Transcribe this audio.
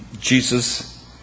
Jesus